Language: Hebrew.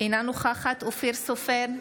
אינה נוכחת אופיר סופר,